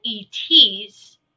ETs